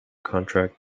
contract